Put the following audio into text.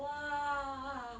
!wah!